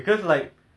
they allow you ah